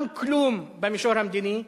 גם כלום במישור המדיני,